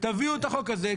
תביאו את החוק הזה,